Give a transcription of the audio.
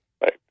right